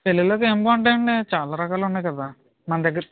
పెళ్ళిల్లోకి ఏం బాగుంటాయండి చాలా రకాలు ఉన్నాయి కదా మన దగ్గర